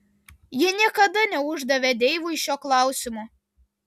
ji niekada neuždavė deivui šio klausimo